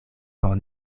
por